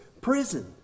prison